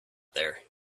there